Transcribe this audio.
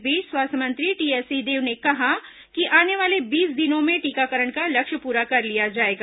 इस बीच स्वास्थ्य मंत्री टीएस सिंहदेव ने कहा है कि आने वाले बीस दिनों में टीकाकरण का लक्ष्य प्ररा कर लिया जाएगा